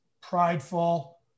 prideful